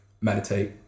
Meditate